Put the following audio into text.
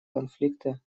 конфликта